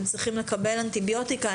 הם צריכים לקבל אנטיביוטיקה,